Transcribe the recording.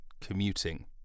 commuting